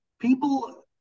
People